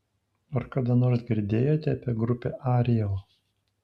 ar kada nors girdėjote apie grupę ariel